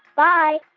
bye